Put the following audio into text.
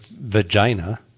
vagina